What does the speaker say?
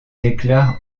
réclame